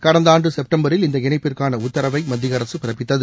கடந்த ஆண்டு செப்டம்பரில் இந்த இணைப்புக்கான உத்தரவை மத்திய அரசு பிறப்பித்தது